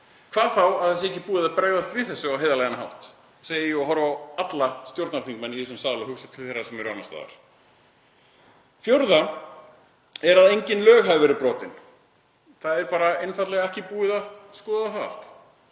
hvað þá að ekki sé búið að bregðast við þessu á heiðarlegan hátt — segi ég og horfi á alla stjórnarþingmenn í þessum sal og hugsa til þeirra sem eru annars staðar. Fjórða geltið er að engin lög hafi verið brotin. Það er bara einfaldlega ekki búið að skoða það allt.